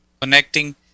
connecting